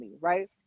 right